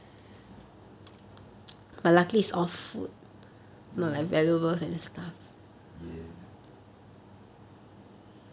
mmhmm ya